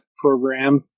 program